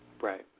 Right